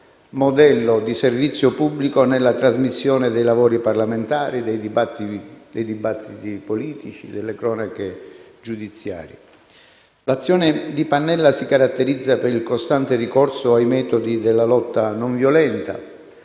modello di servizio pubblico nella trasmissione dei lavori parlamentari, dei dibattiti politici e delle cronache giudiziarie. L'azione di Pannella si caratterizza per il costante ricorso ai metodi della lotta non violenta,